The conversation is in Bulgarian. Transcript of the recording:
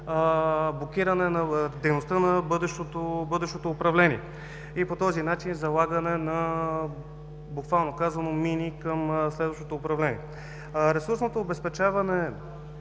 блокиране на дейността на бъдещото управление и по този начин залагане на, буквално казано, мини към следващото управление. Ресурсното обезпечаване